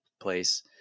place